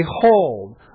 Behold